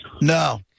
No